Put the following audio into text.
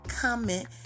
comment